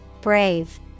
Brave